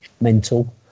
mental